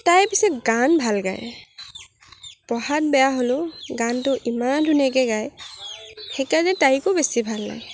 তাই পিছে গান ভাল গায় পঢ়াত বেয়া হ'লেও গানটো ইমান ধুনীয়াকে গায় সেই কাৰণে তাইকো বেছি ভাল লাগে